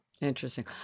Interesting